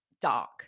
dark